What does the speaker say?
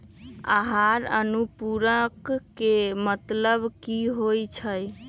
आहार अनुपूरक के मतलब की होइ छई?